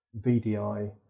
VDI